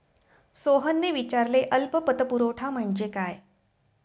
सोहनने विचारले अल्प पतपुरवठा म्हणजे काय?